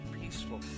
peaceful